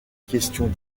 questions